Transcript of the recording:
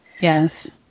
Yes